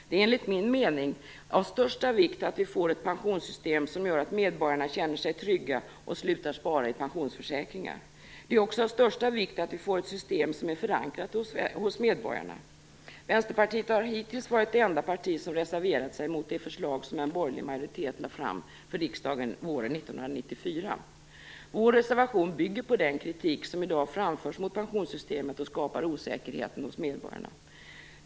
Det är enligt min mening av största vikt att vi får ett pensionssystem som gör att medborgarna känner sig trygga och slutar spara i pensionsförsäkringar. Det är också av största vikt att vi får ett system som är förankrat hos medborgarna. Vänsterpartiet har hittills varit det enda parti som reserverat sig mot det förslag som en borgerlig majoritet lade fram för riksdagen våren 1994. Vår reservation bygger på den kritik som i dag framförs mot pensionssystemet och skapar osäkerhet hos medborgarna.